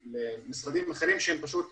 לרשות המסים יש חובת סודיות.